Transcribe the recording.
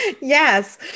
yes